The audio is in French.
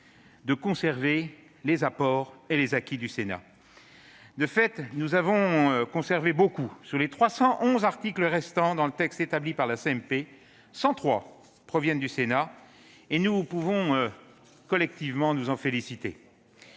de conserver les apports et les acquis du Sénat. De fait, nous en avons conservé beaucoup : sur les 311 articles restant dans le texte établi par la CMP, 103 proviennent du Sénat ; nous pouvons collectivement nous en féliciter.